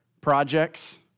projects